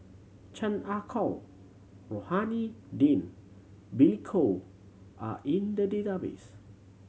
Chan Ah Kow Rohani Din Billy Koh are in the database